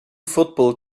football